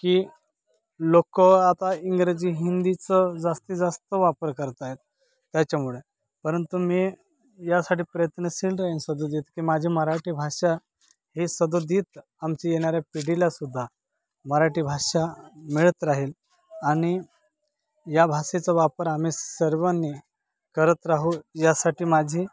की लोक आता इंग्रजी हिंदीचं जास्तीत जास्त वापर करत आहेत त्याच्यामुळे परंतु मी यासाठी प्रयत्नशील राहीन सदोदित की माझी मराठी भाषा ही सदोदित आमची येणाऱ्या पिढीला सुद्धा मराठी भाषा मिळत राहील आणि या भाषेचा वापर आम्ही सर्वांनी करत राहू यासाठी माझी